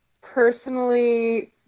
personally